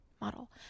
model